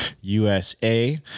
USA